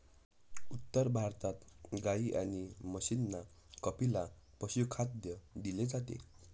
उत्तर भारतात गाई आणि म्हशींना कपिला पशुखाद्य दिले जाते